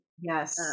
yes